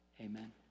Amen